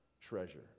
treasure